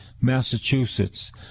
Massachusetts